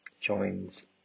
joins